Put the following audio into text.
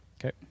okay